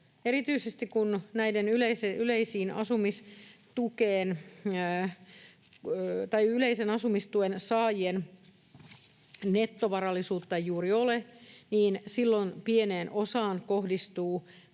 Erityisesti kun näillä yleisen asumistuen saajilla nettovarallisuutta ei juuri ole, niin silloin pieneen osaan kohdistuu